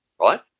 right